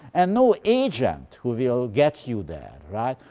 and no agent who will get you there. right?